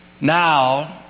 Now